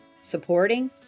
supporting